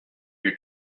your